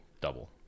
double